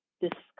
discuss